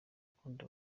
ukunda